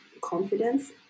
confidence